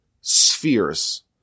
spheres